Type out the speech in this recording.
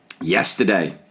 Yesterday